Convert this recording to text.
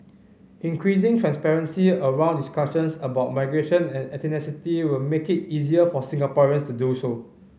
increasing transparency around discussions about migration and ethnicity will make it easier for Singaporeans to do so